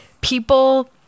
People